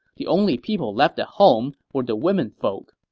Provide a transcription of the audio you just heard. the only people left at home were the womenfolk.